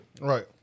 Right